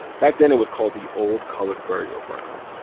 back then, it was called the old colored burial ground,